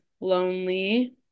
lonely